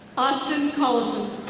austin collison.